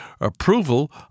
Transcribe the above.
Approval